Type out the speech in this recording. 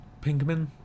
Pinkman